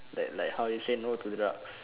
like like how you say no to drugs